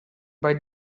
boy